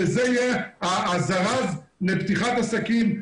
שזה יהיה הזרז לפתיחת עסקים,